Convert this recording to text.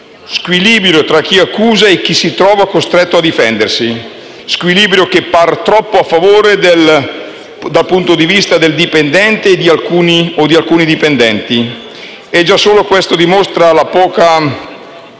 squilibrio tra chi accusa e chi si trova costretto a difendersi, squilibrio troppo a favore del dipendente o di alcuni dipendenti. Già solo questo dimostra la poca